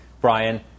Brian